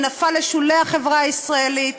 שנפל לשולי החברה הישראלית,